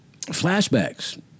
Flashbacks